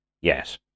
Yes